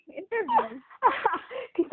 Interview